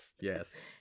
Yes